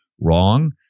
wrong